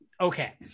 Okay